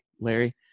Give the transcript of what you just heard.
Larry